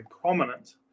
prominent